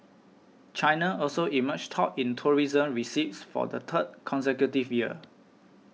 China also emerged top in tourism receipts for the third consecutive year